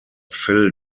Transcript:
phil